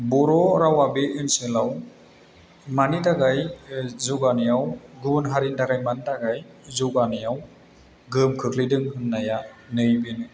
बर' रावा बे ओनसोलाव मानि थाखाय जौगानायाव गुबुन हारिनि थाखाय मानि थाखाय जौगानायाव गोहोम खोख्लैदों होन्नाया नै बेनो